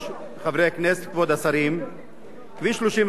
כביש 31 בדרום, המחבר את צומת להבים לערד,